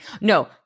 No